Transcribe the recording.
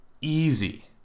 easy